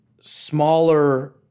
smaller